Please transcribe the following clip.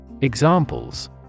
Examples